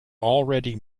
already